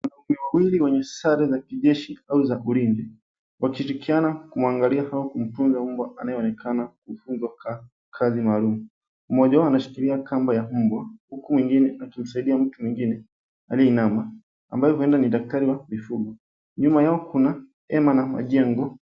Wanaume wawili wenye sare ya kijeshi au zaburini washirikiana kuangalia au kumtunza mbwa anayeonekana kufunzwa kazi maalum mmoja wao anashikilia kamba ya mbwa huku mwingine akimsaidia mtu mwingine aliyeinama ambaye huenda ni daktari wa mifugo nyuma yao kuna hema na majengo.